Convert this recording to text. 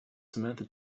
samantha